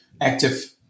active